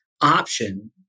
option